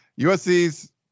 USC's